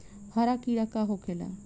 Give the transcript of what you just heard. हरा कीड़ा का होखे ला?